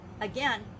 Again